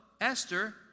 Esther